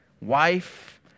wife